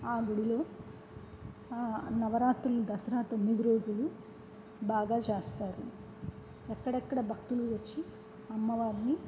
ఆ గుడిలో నవరాత్రులు దసరా తొమ్మిది రోజులు బాగా చేస్తారు ఎక్కడెక్కడ భక్తులు వచ్చి అమ్మవారిని